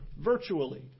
virtually